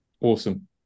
awesome